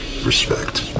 Respect